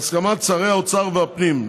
בהסכמת שר האוצר ושר הפנים.